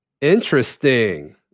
Interesting